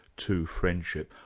to friendship.